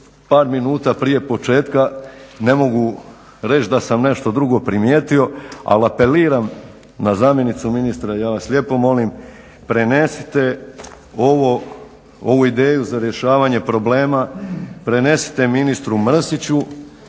par minuta prije početka ne mogu reć da sam nešto drugo primijetio ali apeliram na zamjenicu ministra i ja vas lijepo molim prenesite ovu ideju za rješavanje problema, prenesite ministru Mrsiću